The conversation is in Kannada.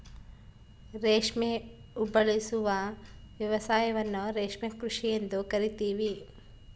ರೇಷ್ಮೆ ಉಬೆಳೆಸುವ ವ್ಯವಸಾಯವನ್ನ ರೇಷ್ಮೆ ಕೃಷಿ ಎಂದು ಕರಿತೀವಿ